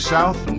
South